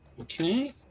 Okay